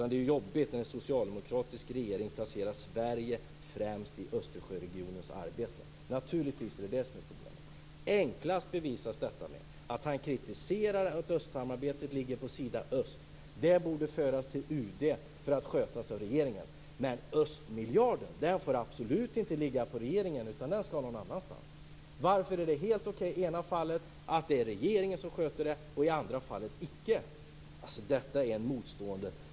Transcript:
Det är jobbigt när en socialdemokratisk regering placerar Sverige främst i Östersjöregionens arbete. Naturligtvis är det det som är problemet. Enklast bevisas detta med att han kritiserar att östsamarbetet ligger på Sida-öst. Det borde föras till UD för att skötas av regeringen. Men östmiljarden får absolut inte ligga på regeringen, den skall någon annanstans. Varför är det helt okej att det är regeringen som sköter det i det ena fallet och inte i det andra?